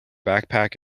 backpack